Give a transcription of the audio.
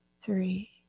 three